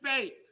faith